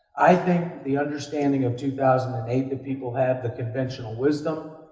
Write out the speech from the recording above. i think the understanding of two thousand and eight that people have, the conventional wisdom,